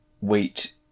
wait